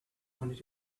wanted